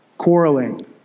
Quarreling